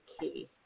key